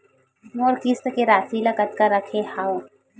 मोर किस्त के राशि ल कतका रखे हाव?